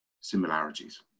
similarities